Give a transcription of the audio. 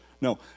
No